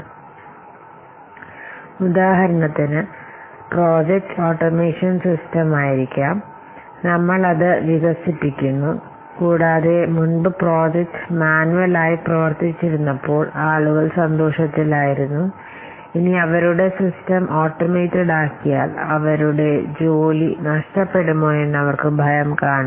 കാരണം ഒരു പുതിയ പ്രോജക്ട് ഓട്ടോമേഷൻ സിസ്റ്റം ആയിരിക്കാം നമ്മൾ അത് വികസിപ്പിക്കുന്നു കൂടാതെ മുൻപു പ്രോജക്ട് സ്വമേധയാൽ പ്രവർത്തിച്ചിരുന്നപ്പോൾ ആളുകൾ സന്തോഷത്തിൽ ആയിരിന്നു ഇനി അവരുടെ സിസ്റ്റം ഓട്ടോമറ്റെഡ് ആക്കിയാൽ അവരുടെ ജോലി നഷ്ടപ്പെടുമോയെന്നു അവർക്കു ഭയം കാണും